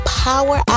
power